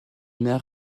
mer